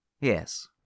Yes